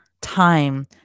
time